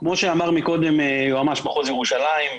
כמו שאמר מקודם יועמ"ש מחוז ירושלים,